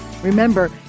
Remember